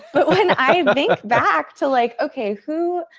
but when i think back to, like, okay, who,